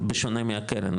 בשונה מהקרן,